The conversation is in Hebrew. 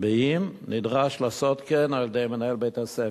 אם נדרש לעשות כן על-ידי מנהל בית-הספר,